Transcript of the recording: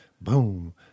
Boom